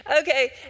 Okay